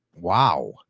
Wow